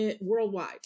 worldwide